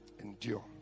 endure